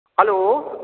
hello